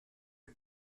für